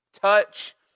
Touch